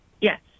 Yes